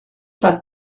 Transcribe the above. that